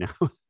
now